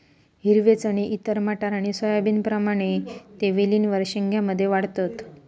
हिरवे चणे इतर मटार आणि सोयाबीनप्रमाणे ते वेलींवर शेंग्या मध्ये वाढतत